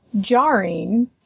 jarring